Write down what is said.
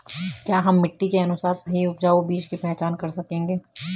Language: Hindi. क्या हम मिट्टी के अनुसार सही उपजाऊ बीज की पहचान कर सकेंगे?